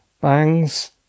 bangs